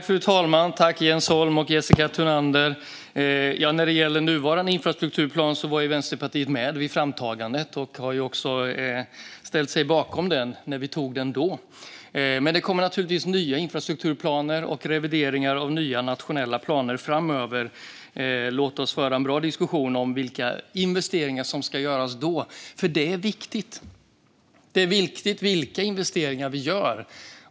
Fru talman! Vänsterpartiet var med vid framtagandet av den nuvarande infrastrukturplanen och ställde sig bakom den när vi antog den. Men det kommer naturligtvis nya infrastrukturplaner och revideringar av nya nationella planer framöver. Låt oss föra en bra diskussion om vilka investeringar som ska göras då! Det är nämligen viktigt vilka investeringar vi gör.